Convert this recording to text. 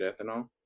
ethanol